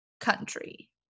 country